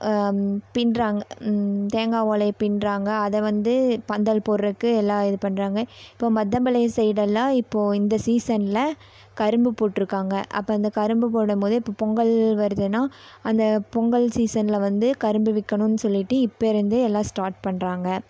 பின்னுறாங்க தேங்காய் ஓலையை பின்னுறாங்க அதை வந்து பந்தல் போட்றதுக்கு எல்லாம் இது பண்ணுறாங்க இப்போ மத்தமலை சைடெல்லாம் இப்போது இந்த சீசனில் கரும்பு போட்டுருக்காங்க அப்போ அந்த கரும்பு போடும் போது இப்போ பொங்கல் வருதுன்னா அந்த பொங்கல் சீசனில் வந்து கரும்பு விக்கணும்னு சொல்லிவிட்டு இப்போ இருந்தே எல்லாம் ஸ்டார்ட் பண்ணுறாங்க